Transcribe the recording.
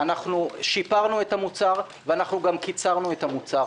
שיפרנו את המוצר וגם קיצרנו את המוצר.